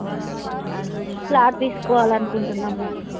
flat తీసుకోవాలి అనుకుంటున్నాము